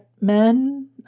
men